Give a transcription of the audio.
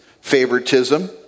favoritism